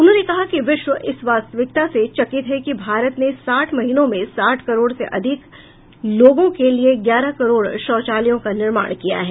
उन्होंने कहा कि विश्व इस वास्तविकता से चकित है कि भारत ने साठ महीनों में साठ करोड़ से अधिक लोगों के लिए ग्यारह करोड़ शौचालयों का निर्माण किया है